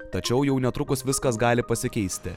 tačiau jau netrukus viskas gali pasikeisti